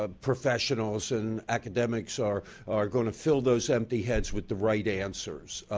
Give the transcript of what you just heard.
ah professionals and academics are are going to fill those empty heads with the right answers.